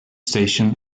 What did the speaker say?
station